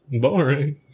Boring